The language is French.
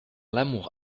l’amour